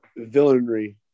villainry